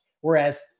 whereas